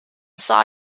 saw